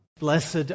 Blessed